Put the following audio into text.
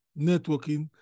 Networking